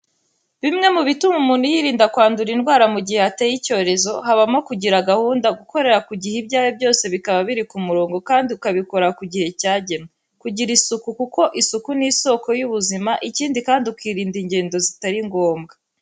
Bimwe mu bituma umuntu yirinda kwandura indwara mu gihe hateye icyorezo, habamo kugira gahunda, gukorera ku gihe ibyawe byose bikaba biri ku murongo kandi ukabikorera ku gihe cyagenwe, kugira isuku kuko isuku ni isoko y'ubuzima ikindi kandi ukirinda ingendo zitari ngombwa.